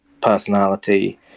personality